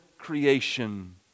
creation